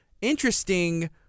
interesting